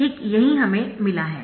ठीक यही हमें मिला है